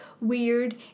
weird